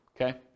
Okay